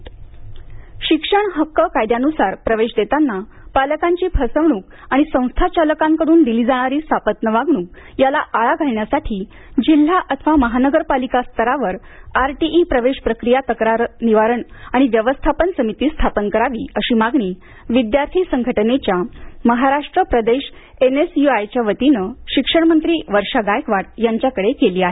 विद्यार्थी संघटना शिक्षण हक्क कायद्यानुसार प्रवेश देतांना पालकांची फसवणूक आणि संस्था चालकांकडून दिली जाणारी सापत्न वागणूक याला आळा घालण्यासाठी जिल्हा अथवा महानगरपालिका स्तरावर आर टी ई प्रवेश प्रक्रिया तक्रार निवारण आणि व्यवस्थापन समिती स्थापन करावी अशी मागणी विद्यार्थी संघटनेच्या महाराष्ट्र प्रदेश एन एस यु आयच्या वतीनं शिक्षणमंत्री वर्षा गायकवाड यांच्याकडे केली आहे